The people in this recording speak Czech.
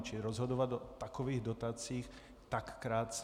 Čili rozhodovat o takových dotacích tak krátce?